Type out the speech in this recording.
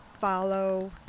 follow